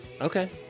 Okay